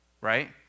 Right